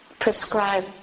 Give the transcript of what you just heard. prescribe